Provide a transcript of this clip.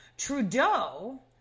Trudeau